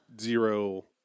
zero